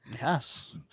Yes